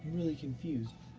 really confused.